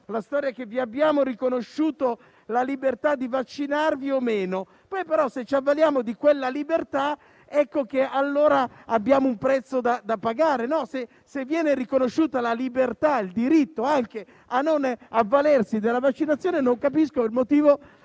la storia: «Vi abbiamo riconosciuto la libertà di vaccinarvi o meno». Poi, però, se ci avvaliamo di quella libertà, ecco che abbiamo un prezzo da pagare. Se viene riconosciuta la libertà e il diritto anche a non avvalersi della vaccinazione, non capisco il motivo